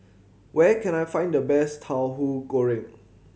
where can I find the best Tauhu Goreng